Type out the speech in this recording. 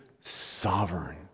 sovereign